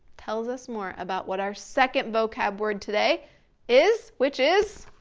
tells us more about what our second vocab word today is. which is,